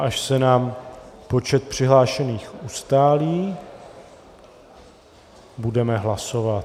Až se nám počet přihlášených ustálí, budeme hlasovat...